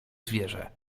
zwierzę